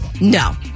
No